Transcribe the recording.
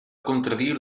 contradir